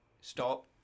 stop